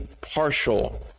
partial